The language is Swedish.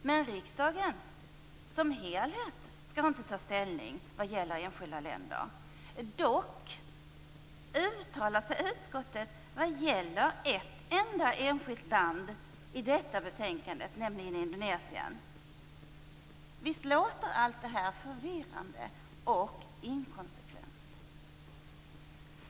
Men riksdagen som helhet skall inte ta ställning vad gäller enskilda länder. Dock uttalar sig utskottet om ett enda enskilt land i betänkandet, nämligen Indonesien. Visst låter allt detta förvirrande och inkonsekvent.